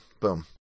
Boom